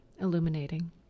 Illuminating